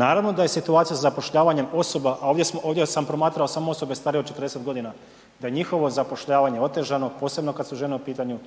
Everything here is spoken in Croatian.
Naravno da je situacija za zapošljavanjem osoba, a ovdje smo, ovdje sam promatrao samo osobe starije od 40.g., da je njihovo zapošljavanje otežano, posebno kad su žene u pitanju,